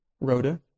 Rhoda